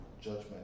judgment